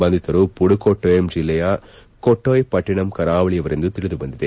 ಬಂಧಿತರು ಮಡುಕೊಟ್ಟೊಯ್ ಜಿಲ್ಲೆ ಕೊಟ್ಟಯ್ ಪಟ್ಟಿನಂ ಕರಾವಳಿಯವರೆಂದು ತಿಳಿದು ಬಂದಿದೆ